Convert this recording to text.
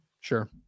Sure